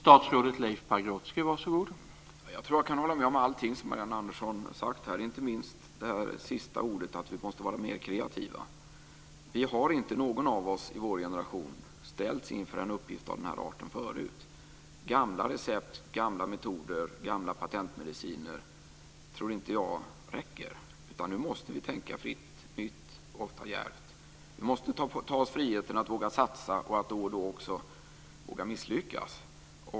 Herr talman! Jag tror att jag kan hålla med om allt som Marianne Andersson har sagt, inte minst det sista, att vi måste vara mer kreativa. Inte någon av oss i vår generation har förut ställts inför en uppgift av den här arten. Gamla recept, gamla metoder och gamla patentmediciner räcker inte, utan nu måste vi tänka fritt, nytt och ofta djärvt. Vi måste ta oss friheten att våga satsa och då och då också våga misslyckas.